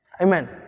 Amen